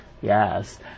Yes